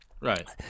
Right